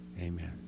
amen